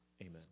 amen